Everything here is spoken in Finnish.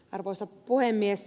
arvoisa puhemies